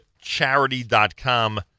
charity.com